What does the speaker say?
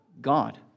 God